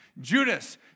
Judas